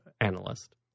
analyst